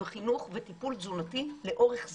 חינוך וטיפול תזונתי לאורך זמן.